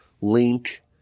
link